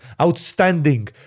outstanding